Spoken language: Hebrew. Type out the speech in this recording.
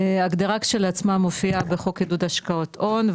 ההגדרה כשלעצמה מופיעה בחוק עידוד השקעות הון,